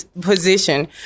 position